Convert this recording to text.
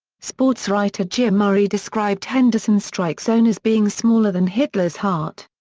sportswriter jim murray described henderson's strike zone as being smaller than hitler's heart.